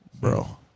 Bro